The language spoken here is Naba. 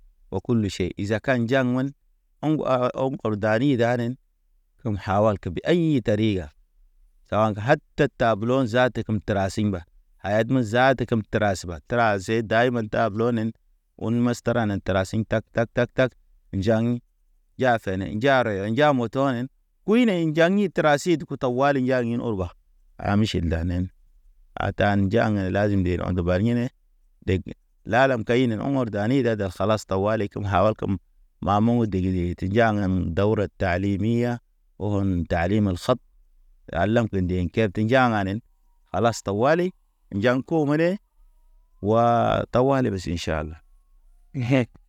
O kulu ʃe izaka njaŋ wan ɔŋ haha, ɔŋ dani danen kem haw walke be ayi tariga. Sawa ŋga hat te tablo za te kem tra siŋga, ayad me zaat kem tra se bal tra a se dayman tablonen. Un məs nan trasiŋ tag tag tag tag, njaŋ, nja fene, nja rɔyɔ, nja motonen. Kuy ne njaŋ i tra sit kutɔ wali ya in ɔr ba. A miʃil danen, a tan njaŋ lazim de ɔnde bar ine, deg, lalam kayin ɔŋgɔr dani dar kalas tawali kem hawal kem. Ma mɔŋ dege dege te njagen dawre ta, tali mi ya, o ɔn dali me hep. A lam ke nde kepte nja anen kalas tawali. Njaŋ ko mene, waa tawali bas in ʃala.